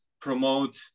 promote